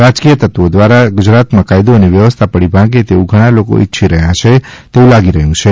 રાજ્કીય તત્વો દ્વારા ગુજરાતમાં કાયદો અને વ્યવસ્થા પડી ભાંગે એવુ ઘણા લોકો ઇચ્છી રહ્યા છે તેવુ લાગી રહ્યું છે